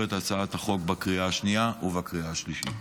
את הצעת החוק בקריאה השנייה ובקריאה השלישית.